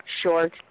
short